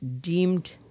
deemed